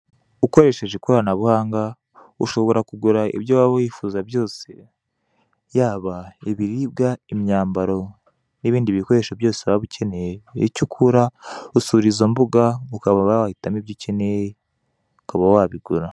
Ukoresheje ikoranabuhanga ushobora kugura ibyo waba wifuza byose: yaba ibiribwa, imyambaro n'ibindi bikoresho byose waba ukeneye. Icyo ukora, usura izo mbuga akaba wowe wahitamo ibyo ukeneye ukaba wabigura.